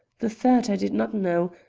the third i did not know,